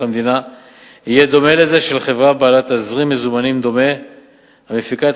המדינה יהיה דומה לזה של חברה בעלת תזרים מזומנים דומה המפיקה את